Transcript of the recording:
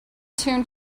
tune